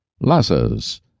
lasses